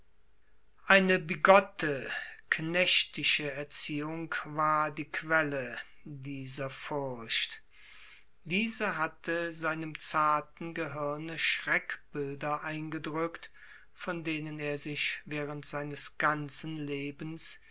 eine bigotte knechtische erziehung war die quelle dieser furcht diese hatte seinem zarten gehirne schreckbilder eingedrückt von denen er sich während seines ganzen lebens